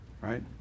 right